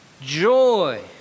joy